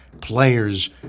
players